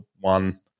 one